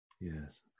Yes